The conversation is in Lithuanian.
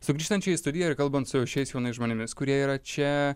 sugrįžtant čia į studiją ir kalbant su jau šiais jaunais žmonėmis kurie yra čia